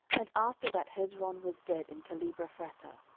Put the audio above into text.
and after that hezron was dead in calebephratah,